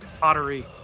pottery